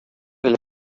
del